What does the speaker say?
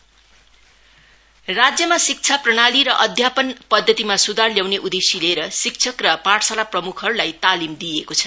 निष्ठा training north राज्यमा शिक्षा प्रणाली र अध्यापन पद्दतिमा सुधार ल्याउने उद्देश्य लिएर शिक्षक र पाठशाला प्रम्खहरूलाई तालिम दिइएको छ